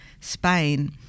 Spain